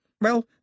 Well